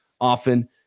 often